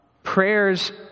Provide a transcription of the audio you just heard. Prayers